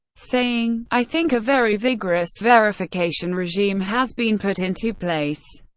saying i think a very vigorous verification regime has been put into place.